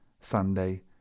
Sunday